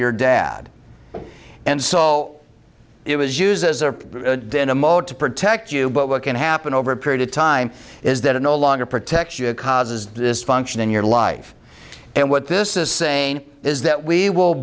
your dad and so it was used as a dinamo to protect you but what can happen over a period of time is that it no longer protects you it causes dysfunction in your life and what this is saying is that we will